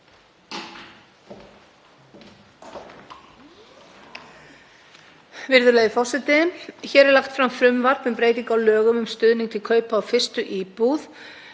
Virðulegi forseti. Hér er lagt fram frumvarp um breytingu á stuðningi til kaupa á fyrstu íbúð.